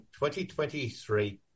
2023